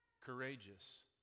courageous